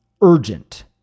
urgent